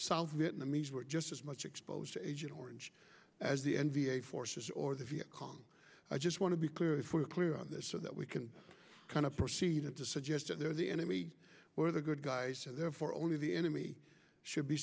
south vietnamese were just as much exposed to agent orange as the envy forces or the viet cong i just want to be clear if we're clear on this so that we can kind of proceeded to suggest that they're the enemy we're the good guys so therefore only the enemy should be